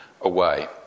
away